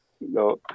No